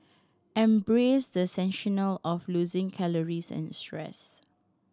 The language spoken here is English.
embrace the sensation of losing calories and stress